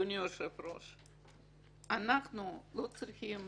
אדוני היושב ראש, אנחנו לא צריכים